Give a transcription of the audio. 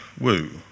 Woo